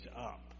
up